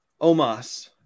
omas